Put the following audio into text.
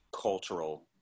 cultural